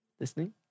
Listening